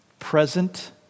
Present